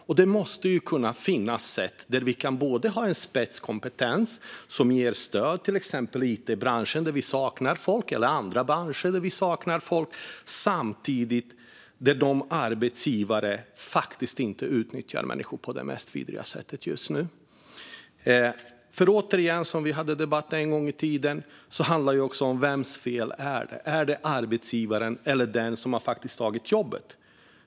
Men det måste ju finnas sätt där vi kan ha en spetskompetens som ger stöd - till exempel i it-branschen eller andra branscher där det saknas folk - samtidigt som arbetsgivarna inte utnyttjar människor på de mest vidriga sätt. Som vi debatterade en gång i tiden handlar detta också om vems fel det är. Är det fel av arbetsgivaren eller av den som har tagit jobbet?